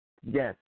yes